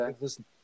listen